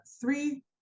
three